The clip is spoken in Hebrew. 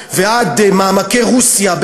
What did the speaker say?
ועד מעמקי רוסיה.